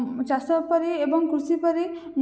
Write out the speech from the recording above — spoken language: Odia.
ଚାଷ ପରି ଏବଂ କୃଷି ପରି